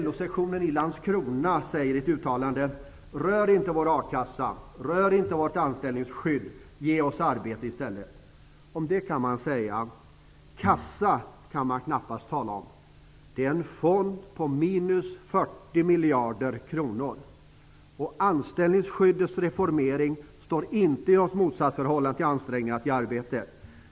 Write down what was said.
LO-sektionen i Landskrona säger i ett uttalande: Rör inte vår a-kassa, rör inte vårt anställningsskydd, ge oss arbete i stället. Man kan knappast tala om kassa. Det är en fond på minus 40 miljarder kronor. Anställningsskyddets reformering står inte i något motsatsförhållande till ansträngningarna att ge arbeten.